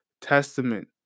Testament